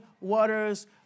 waters